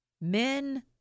men